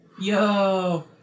Yo